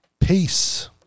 peace